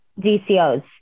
DCOs